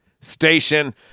Station